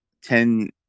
ten